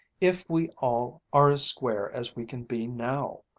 if we all are as square as we can be now.